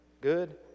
good